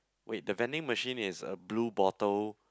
wait the vending machine is a blue bottle